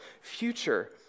future